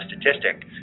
statistic